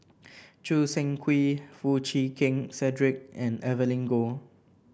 Choo Seng Quee Foo Chee Keng Cedric and Evelyn Goh